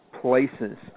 places